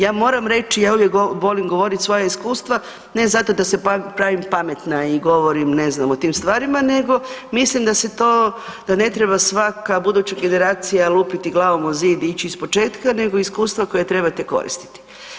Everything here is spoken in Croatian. Ja moram reći, ja uvijek volim govoriti svoja iskustva ne zato da se pravim pametna i govorim ne znam o tim stvarima nego mislim da se to, da ne treba svaka buduća generacija lupiti glavom o zid i ići iz početka nego iskustva koja trebate koristiti.